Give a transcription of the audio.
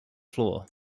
floor